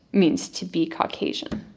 means to be caucasian.